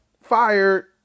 Fired